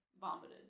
vomited